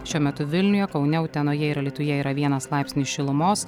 šiuo metu vilniuje kaune utenoje ir alytuje yra vienas laipsnis šilumos